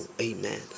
Amen